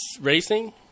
racing